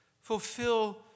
fulfill